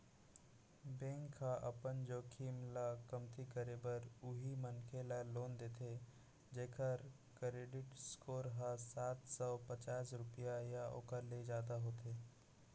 bank ह अपन जोखिम ल कमती करे बर उहीं मनखे ल लोन देथे जेखर करेडिट स्कोर ह सात सव पचास रुपिया या ओखर ले जादा होथे